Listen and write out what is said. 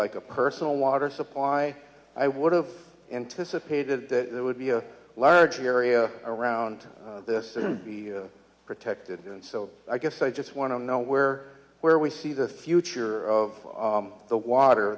like a personal water supply i would have anticipated that there would be a large area around this and be protected and so i guess i just want to know where where we see the future of the water